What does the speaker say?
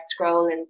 scrolling